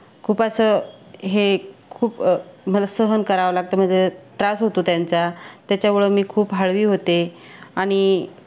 खूप असं हे खूप मला सहन करावं लागतं म्हणजे त्रास होतो त्यांचा त्याच्यामुळं मी खूप हळवी होते आणि